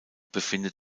befindet